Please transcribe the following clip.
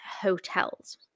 hotels